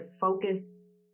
focus